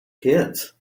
kids